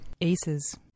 Aces